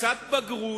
לקצת בגרות,